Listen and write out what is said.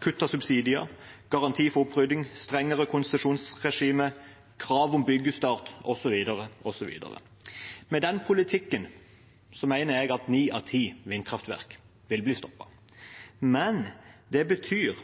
kutt av subsidier, garanti for opprydding, strengere konsesjonsregime, krav om byggestart osv., osv. Med den politikken mener jeg at ni av ti vindkraftverk vil bli stoppet. Men det betyr